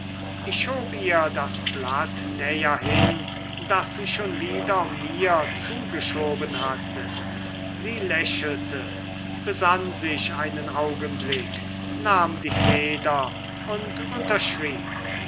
ich schob ihr das blatt näher hin das sie schon wieder mir zugeschoben hatte sie lächelte besann sich einen augenblick nahm die feder und unterschrieb